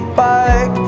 back